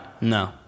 No